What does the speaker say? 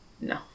no